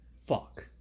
fuck